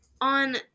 on